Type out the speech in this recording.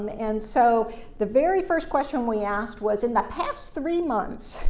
um and so the very first question we asked was, in the past three months,